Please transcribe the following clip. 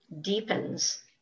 deepens